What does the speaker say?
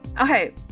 okay